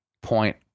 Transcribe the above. point